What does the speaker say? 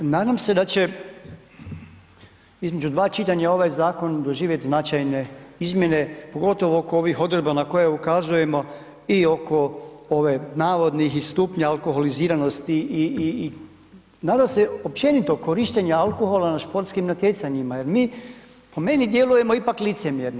Da, nadam se da će između dva čitanja ovaj zakon doživjeti značajne izmjene pogotovo oko ovih odredba na koje ukazujemo i oko ove navodnih i stupnja alkoholiziranosti i nadam se općenito korištenja alkohola na športskim natjecanjima jer mi po meni djelujemo ipak licemjerno.